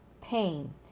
pain